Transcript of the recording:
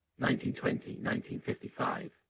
1920-1955